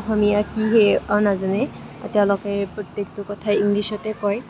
অসমীয়া কি সেয়াও নাজানে তেওঁলোকে প্ৰত্যেকটো কথা ইংলিছতে কয়